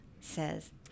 says